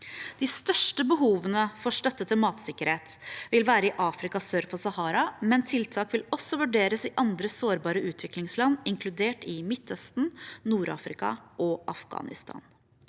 De største behovene for støtte til matsikkerhet vil være i Afrika sør for Sahara, men tiltak vil også vurderes i andre sårbare utviklingsland, inkludert i Midtøsten, Nord-Afrika og Afghanistan.